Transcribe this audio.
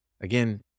Again